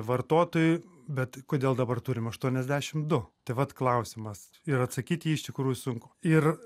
vartotojui bet kodėl dabar turim aštuoniasdešim du tai vat klausimas ir atsakyt į jį iš tikrųjų sunku ir